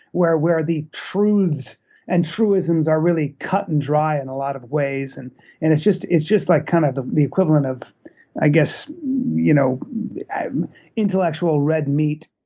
where where the truths and truisms are really cut and dry in a lot of ways. and and it's just it's just like kind of the the equivalent of i guess you know intellectual red meat.